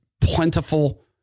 plentiful